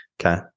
Okay